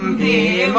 um the